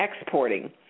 exporting